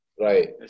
Right